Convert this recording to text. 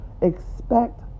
Expect